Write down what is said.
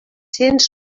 cents